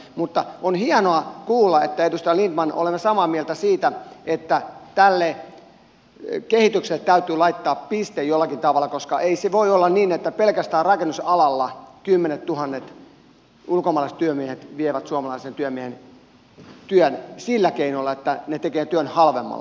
mutta on hienoa kuulla edustaja lindtman että olemme samaa mieltä siitä että tälle kehitykselle täytyy laittaa piste jollakin tavalla koska ei se voi olla niin että pelkästään rakennusalalla kymmenettuhannet ulkomaalaiset työmiehet vievät suomalaisen työmiehen työn sillä keinolla että he tekevät työn halvemmalla